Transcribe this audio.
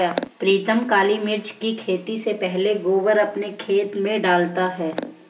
प्रीतम काली मिर्च की खेती से पहले गोबर अपने खेत में डालता है